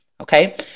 okay